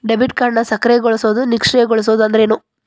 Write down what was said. Debit ಕಾರ್ಡ್ನ ಸಕ್ರಿಯಗೊಳಿಸೋದು ನಿಷ್ಕ್ರಿಯಗೊಳಿಸೋದು ಅಂದ್ರೇನು?